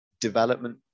development